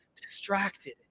distracted